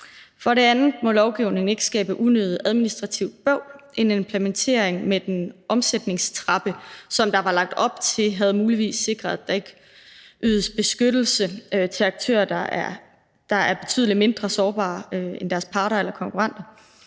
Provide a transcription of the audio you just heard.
For det andet må lovgivningen ikke skabe unødigt administrativt bøvl. En implementering med den omsætningstrappe, som der var lagt op til, havde muligvis sikret, at der ikke ydes beskyttelse til aktører, der er betydelig mindre sårbare end deres parter eller konkurrenter.